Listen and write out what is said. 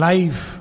Life